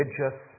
religious